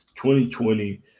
2020